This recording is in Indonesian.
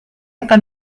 akan